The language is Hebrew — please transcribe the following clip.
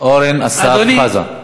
אורן אסף חזן.